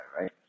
right